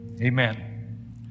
Amen